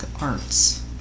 Arts